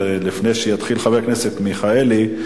לפני שיתחיל חבר הכנסת מיכאלי,